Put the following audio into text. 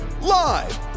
Live